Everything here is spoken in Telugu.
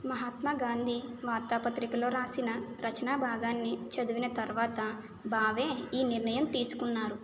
మహాత్మా గాంధీ వార్తాపత్రికలో రాసిన రచనా భాగాన్ని చదివిన తర్వాత భావే ఈ నిర్ణయం తీసుకున్నారు